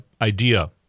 idea